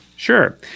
Sure